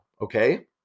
Okay